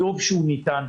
טוב שהוא ניתן.